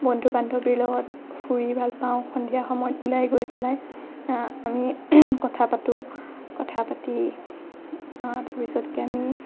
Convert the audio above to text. বন্ধু বান্ধৱীৰ লগত ফুৰি ভাল পাওঁ সন্ধিয়া সময়ত ওলাই গৈ পেলাই আমি কথা পাতোঁ কথা পাতি তাৰপিছতকে আমি